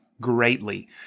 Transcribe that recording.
greatly